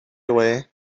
away